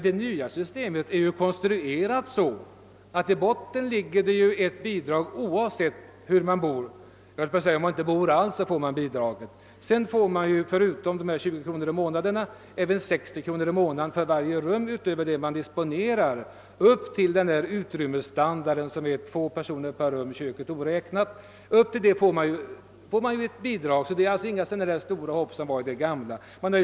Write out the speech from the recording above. Det nya systemet är emellertid konstruerat så att det ligger ett bidrag i botten, oavsett hur man bor. även om man inte skulle bo alls, skulle man få detta bidrag. Förutom detta grundbidrag, som ökar med 20 kronor i månaden för varje ytterligare barn, får man vidare 60 kronor i månaden för varje rum man disponerar för att uppnå utrymmesstandarden högst två personer per rum, köket oräknat. Det blir alltså inte några sådana stora hopp som i det gamla systemet.